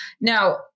Now